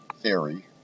theory